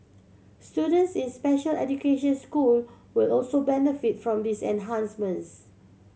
students in special education school will also benefit from these enhancements